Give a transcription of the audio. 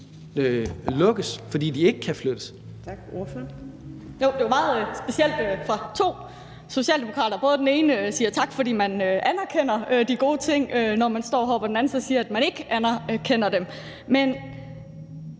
Tak. Ordføreren. Kl. 17:44 Katrine Robsøe (RV): Det er meget specielt med to socialdemokrater, hvor den ene siger tak, fordi man anerkender de gode ting, når man står heroppe, og den anden siger, at man ikke anerkender dem. Men